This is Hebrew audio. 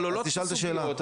אבל עולות פה סוגיות,